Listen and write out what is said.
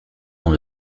dans